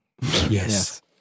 Yes